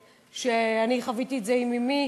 אני חוויתי את זה עם אמי,